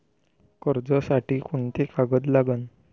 कर्जसाठी कोंते कागद लागन?